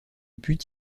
put